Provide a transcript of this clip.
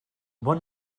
bon